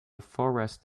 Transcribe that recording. forest